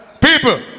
people